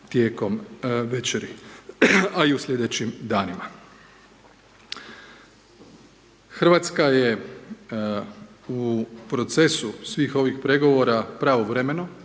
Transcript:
tijekom večeri, a i u sljedećim danima. Hrvatska je u procesu svih ovih pregovora, pravovremeno